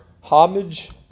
homage